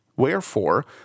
Wherefore